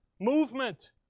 movement